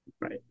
Right